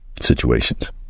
situations